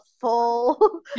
full